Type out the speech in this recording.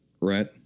right